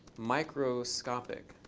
microscopic.